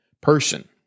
person